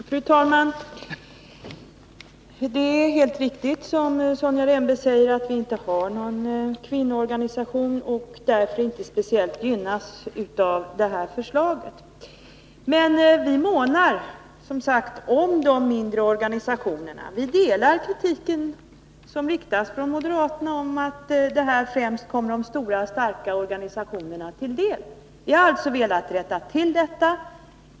Fru talman! Det är helt riktigt som Sonja Rembo säger att vi inte har någon kvinnoorganisation och därför inte speciellt gynnas av detta förslag. Men vi månar som sagt om de mindre organisationerna. Vi delar den kritik som moderaterna riktar mot att detta stöd främst kommer de stora starka organisationerna till del. Vi har velat rätta till detta.